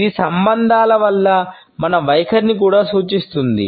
ఇది సంబంధాల పట్ల మన వైఖరిని కూడా సూచిస్తుంది